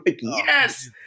Yes